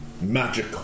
magic